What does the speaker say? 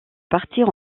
partir